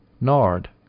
nard